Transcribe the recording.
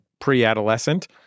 pre-adolescent